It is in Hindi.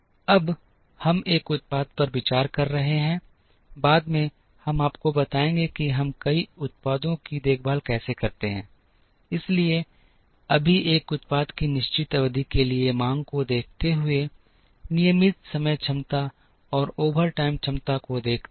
अब हम एक उत्पाद पर विचार कर रहे हैं बाद में हम आपको बताएंगे कि हम कई उत्पादों की देखभाल कैसे करते हैं इसलिए अभी एक उत्पाद की निश्चित अवधि के लिए मांग को देखते हुए नियमित समय क्षमता और ओवरटाइम क्षमता को देखते हुए